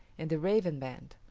and the raven band.